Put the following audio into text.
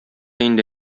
инде